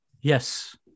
Yes